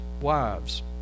wives